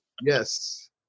Yes